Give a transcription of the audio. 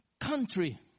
country